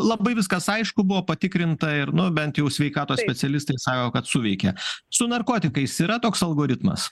labai viskas aišku buvo patikrinta ir nu bent jau sveikatos specialistai sako kad suveikė su narkotikais yra toks algoritmas